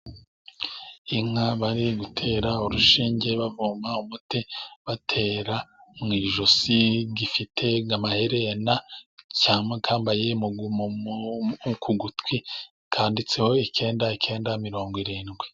Inka bari gutera urushinge, bavoma umuti batera mu ijosi, ifite amaherena ikaba iyambaye mu gutwi kanditseho icyenda icyenda mirongo irindwi.